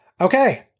Okay